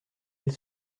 elle